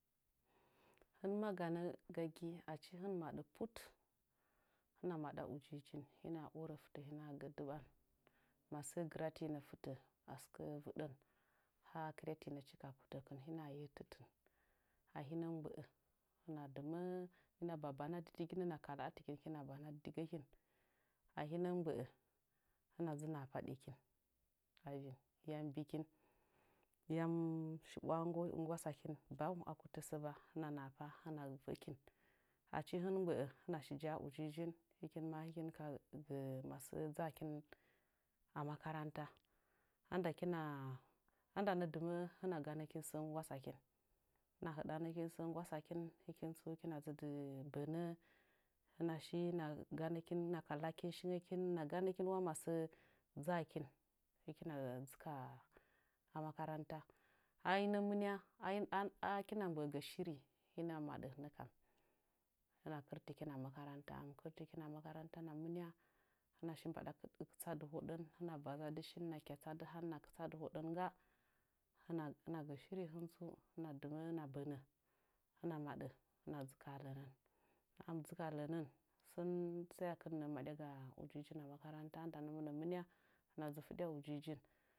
Hɨn ma ganə gagi achi hin mɨ maɗə put hɨn maɗa ujijin hina orə fɨtə hɨna gə duan masə gɨratinə fitə sɨkə vɨdən ha kɨryatinəchi ka putəkɨn hina yet titen ahinəm mgbə'ə hɨnera kala'a tɨkin hɨkina banadɨ digəkin ahɨnəm mgbə'ə hɨna dzɨ nahapa ɗeki a vin yan bikin yam shibwa nggwa nggwasakɨn baw aku tasɨ ba hɨna nahapa hɨna və'əkin achi hin mə mgbəə hɨna və'əkin achi hin mə mgbəə hɨna shi ja'a ujijin hɨkin ma hɨkin kagə masə dzakɨn a makaranta a adakɨna a ndana dɨmə'ə hɨna ganəkin sə nggwasakin hɨna hɨɗanəkin sə nggwasakin hɨkin tsu hɨkina dzɨ di bənə hɨna shi hɨna ganə kin hɨna kalakin shigəkin hɨna ganə kin wa masə dzakin hɨkina dzɨ ka a makaranta a hinəm mɨnna a kina mgbə'ə shiri hina maɗənnə kam hɨna kɨrtikin a makaranta a hɨn mɨ kɨrtɨkin a makaranta na mɨnia hɨna mbaɗa shi fudə kɨɨsadɨ hodən hɨna bazadɨ shin hɨna kyatsadɨ han hɨna kɨtsadɨ hoɗən ngga hɨna hɨna gə shiri htu'tsu hɨna dɨmə'ə hɨna ɓənə hɨna maɗə hɨna dzɨ ka ha lənən a hɨn mɨ dzɨ ka ha lənən sən saekin nə'ə madyaga ujijin a makaranta andanana mɨnya hɨna dzɨ fɨɗya ujijin